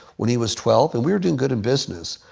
when he was twelve and we were doing good in business,